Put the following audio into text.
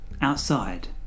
outside